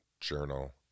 journal